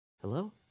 Hello